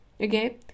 Okay